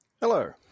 Hello